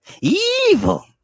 evil